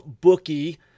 bookie